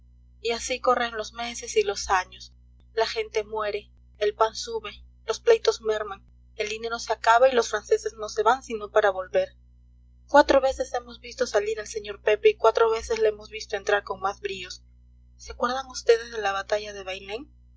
y así corren los meses y los años la gente muere el pan sube los pleitos merman el dinero se acaba y los franceses no se van sino para volver cuatro veces hemos visto salir al sr pepe y cuatro veces le hemos visto entrar con más bríos se acuerdan vds de la batalla de bailén